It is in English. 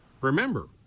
Remember